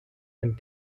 and